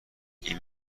این